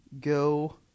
go